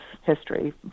history